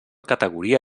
categoria